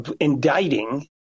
indicting